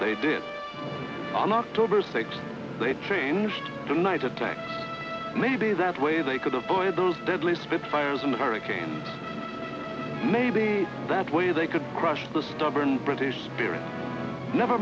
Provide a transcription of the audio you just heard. they did on october sixth changed the night attack maybe that way they could avoid those deadly spitfires and hurricanes maybe that way they could crush the stubborn british spirit never